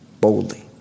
boldly